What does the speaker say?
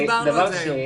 אנחנו דיברנו על זה.